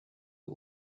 are